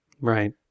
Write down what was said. Right